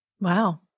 Wow